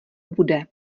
bude